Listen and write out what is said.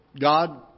God